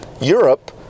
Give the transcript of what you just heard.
Europe